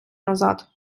назад